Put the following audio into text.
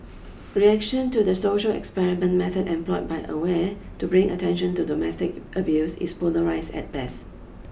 reaction to the social experiment method employed by aware to bring attention to domestic abuse is polarised at best